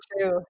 true